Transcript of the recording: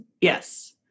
yes